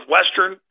Western